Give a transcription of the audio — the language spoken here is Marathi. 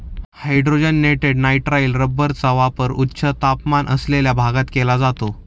हायड्रोजनेटेड नायट्राइल रबरचा वापर उच्च तापमान असलेल्या भागात केला जातो